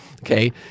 okay